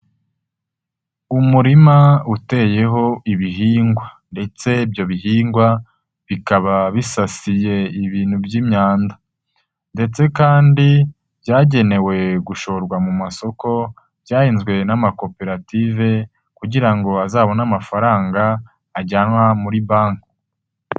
Umurima uteyeho ibihingwa ndetse ibyo bihingwa, bikaba bisasiye ibintu by'imyanda ndetse kandi byagenewe gushorwa mu masoko, byahinzwe n'amakoperative kugira ngo azabone amafaranga, ajyanwa muri banki.